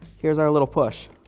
here's our little push.